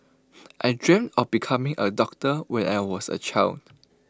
I dreamt of becoming A doctor when I was A child